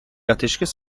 ateşkes